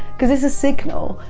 because it's a signal.